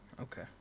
Okay